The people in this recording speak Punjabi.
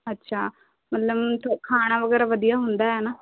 ਅੱਛਾ ਮਤਲਬ ਖਾਣਾ ਵਗੈਰਾ ਵਧੀਆ ਹੁੰਦਾ ਹੈ ਨਾ